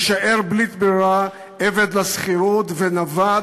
יישאר בלית ברירה עבד לשכירות ונווד,